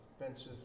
expensive